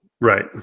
Right